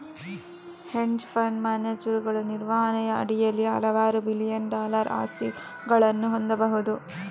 hedge fund ಮ್ಯಾನೇಜರುಗಳು ನಿರ್ವಹಣೆಯ ಅಡಿಯಲ್ಲಿ ಹಲವಾರು ಬಿಲಿಯನ್ ಡಾಲರ್ ಆಸ್ತಿಗಳನ್ನು ಹೊಂದಬಹುದು